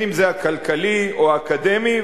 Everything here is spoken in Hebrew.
אם הכלכלי או האקדמי.